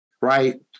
right